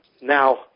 Now